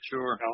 Sure